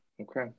okay